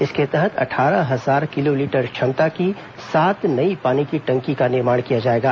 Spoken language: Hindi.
इसके तहत अट्ठारह हजार किलो लीटर क्षमता की सात नई पानी की टंकी का निर्माण किया जाएगा